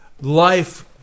life